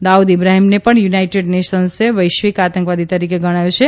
દાઉદ ઇબ્રાહીમને પણ યુનાઇટડે નેશન્સે વૈશ્વિક આતંકવાદી તરીકે ગણ્યો છે